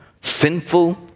sinful